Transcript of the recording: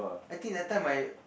I think that time my